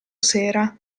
sera